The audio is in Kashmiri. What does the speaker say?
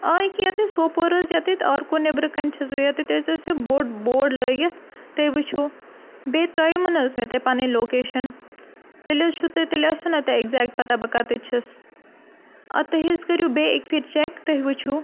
آ کہِ ییٚتہِ حظ سوپور حظ ییٚتہِ آرکو نٮ۪برٕ کَنہِ چھَس بہٕ ییٚتہِ حظ ٲسِو بوٚڑ بوڑ لٲگِتھ تُہۍ وٕچھو بیٚیہِ ترٛایِم نہٕ حظ مےٚ تۄہہِ پَنٕنۍ لوکیشَن تیٚلہِ حظ چھُو تُہۍ تیٚلہِ آسِو نا تۄہہِ اٮ۪کزیکٹ پَتاہ بہٕ کَتٮ۪ن چھَس آ تُہۍ حظ کٔرِو بیٚیہِ اَکہِ پھِرِ چیک تُہۍ وٕچھِو